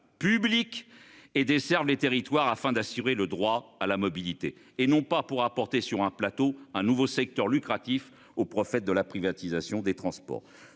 public et des Serbes, des territoires afin d'assurer le droit à la mobilité et non pas pour apporter sur un plateau un nouveau secteur lucratif au prophète de la privatisation des transports